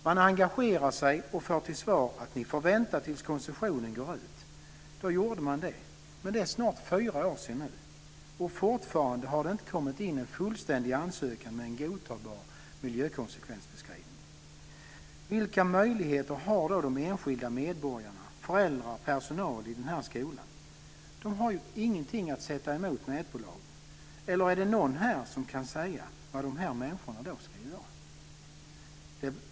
Man engagerar sig och får till svar att ni får vänta tills koncessionen går ut. Då gjorde man det. Men det är snart fyra år sedan nu, och fortfarande har det inte kommit in en fullständig ansökan med en godtagbar miljökonsekvensbeskrivning. Vilka möjligheter har då de enskilda medborgarna, föräldrar och personal i denna skola? De har ingenting att sätta emot nätbolagen, eller är det någon här som kan säga vad de ska göra?